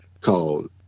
called